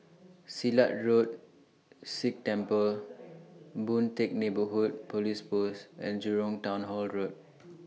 Silat Road Sikh Temple Boon Teck Neighbourhood Police Post and Jurong Town Hall Road